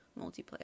multiplayer